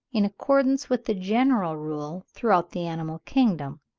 in accordance with the general rule throughout the animal kingdom,